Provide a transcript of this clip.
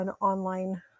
online